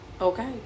Okay